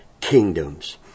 kingdoms